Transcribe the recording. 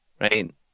right